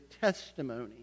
testimony